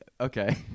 Okay